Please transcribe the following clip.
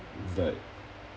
it's like